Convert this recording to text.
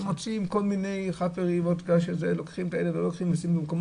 הם מוצאים כל מיני חאפרים ושמים את הילד במקומות